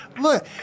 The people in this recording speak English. Look